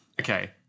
Okay